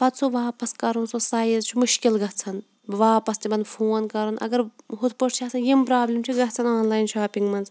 پَتہٕ سُہ واپَس کَرُن سُہ سایز چھُ مُشکل گژھان واپَس تِمَن فون کَرُن اگر ہُتھ پٲٹھۍ چھِ آسان یِم پرٛابلِم چھِ گژھان آنلاین شاپِنٛگ منٛز